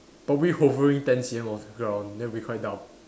probably hovering ten C_M off the ground that'll be quite dumb